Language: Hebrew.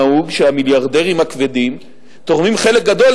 נהוג שהמיליארדרים הכבדים תורמים חלק גדול,